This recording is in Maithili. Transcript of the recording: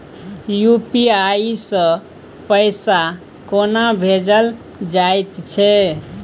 यू.पी.आई सँ पैसा कोना भेजल जाइत छै?